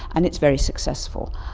and it's very successful.